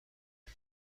بدم